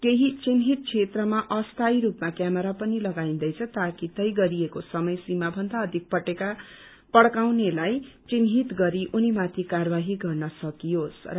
केही चिन्हित क्षेत्रमा अस्थाई रूपमा क्यामेरा पनि लगाइन्दैछ ताकि तय गरिएको समय सीमा भन्दा अधिक पटेखा जलाउनेलाई चिन्हित गरी उनीमाथि कार्यवाही गर्न सकियोसु